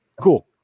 cool